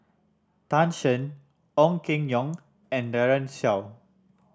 Tan Shen Ong Keng Yong and Daren Shiau